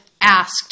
asked